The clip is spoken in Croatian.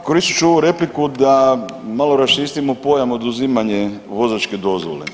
Dakle, koristit ću ovu repliku da malo raščistimo pojam oduzimanje vozačke dozvole.